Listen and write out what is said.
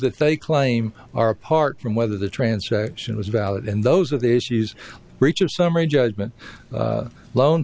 that they claim are apart from whether the transaction was valid and those are the issues breach of summary judgment loan